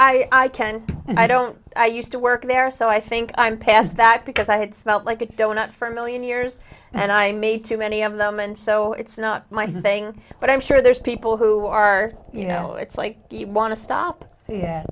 i can i don't i used to work there so i think i'm past that because i had felt like a donut for a million years and i made too many of them and so it's not my thing but i'm sure there's people who are you know it's like you want to stop yeah